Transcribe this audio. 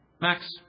Max